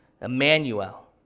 Emmanuel